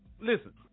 Listen